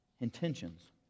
intentions